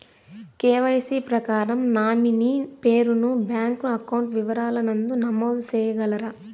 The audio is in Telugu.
కె.వై.సి ప్రకారం నామినీ పేరు ను బ్యాంకు అకౌంట్ వివరాల నందు నమోదు సేయగలరా?